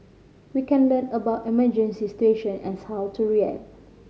we can learn about emergency situation and how to react